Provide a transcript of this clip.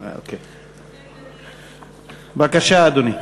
בבקשה, אדוני.